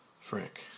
Frank